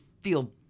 feel